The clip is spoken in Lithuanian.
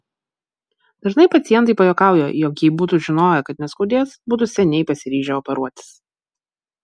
dažnai pacientai pajuokauja jog jei būtų žinoję kad neskaudės būtų seniai pasiryžę operuotis